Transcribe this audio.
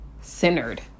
centered